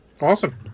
Awesome